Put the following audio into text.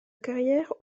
carrière